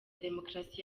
demokarasi